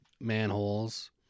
manholes